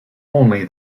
only